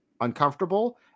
uncomfortable